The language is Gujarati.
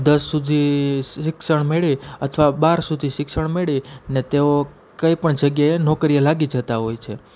દસ સુધી શિક્ષણ મેળવી અથવા બાર સુધી શિક્ષણ મેળવી ને તેઓ કંઇપણ જગ્યાએ નોકરીએ લાગી જતાં હોય છે